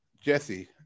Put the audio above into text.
Jesse